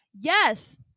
Yes